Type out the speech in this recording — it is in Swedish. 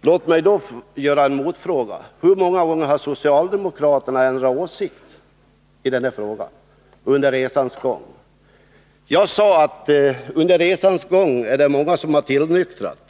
Låt mig då ställa en motfråga: Hur många gånger har socialdemokraterna ändrat åsikt i denna fråga under resans gång? Jag sade att det är många som har tillnyktrat